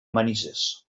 manises